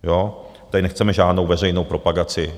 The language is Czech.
My tady nechceme žádnou veřejnou propagaci.